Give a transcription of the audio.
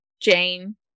Jane